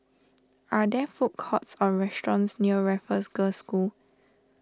are there food courts or restaurants near Raffles Girls' School